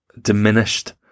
diminished